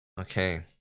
Okay